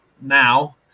now